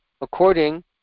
according